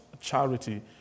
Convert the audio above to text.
charity